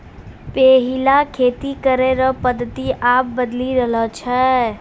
पैहिला खेती करै रो पद्धति आब बदली रहलो छै